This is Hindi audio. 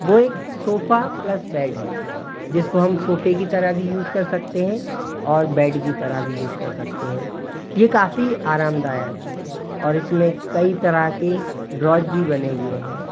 वो एक सोफा प्लस बेड है जिसको हम सोफे की तरह भी यूज़ कर सकते हैं और बेड की तरह भी यूज़ कर सकते हैं ये काफ़ी आरामदायक है और इसमें कई तरह के ड्रास भी बने हुए हैं